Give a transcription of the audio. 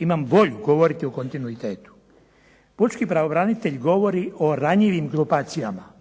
imam volju govoriti u kontinuitetu. Pučki pravobranitelj govori o ranjivim grupacijama,